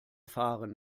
fahren